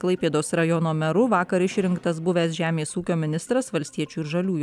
klaipėdos rajono meru vakar išrinktas buvęs žemės ūkio ministras valstiečių ir žaliųjų